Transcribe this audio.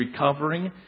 recovering